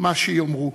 מה שיאמרו.